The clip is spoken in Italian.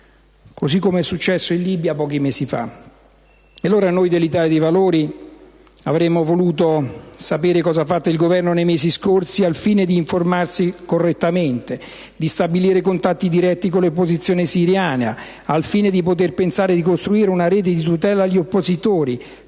così come è successo in Libia pochi mesi fa. Noi dell'Italia dei Valori avremmo voluto sapere che cosa ha fatto il Governo nei mesi scorsi al fine di informarsi correttamente, di stabilire contatti diretti con l'opposizione siriana, al fine di poter pensare di costruire una rete di tutela agli oppositori,